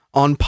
on